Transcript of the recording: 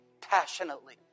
passionately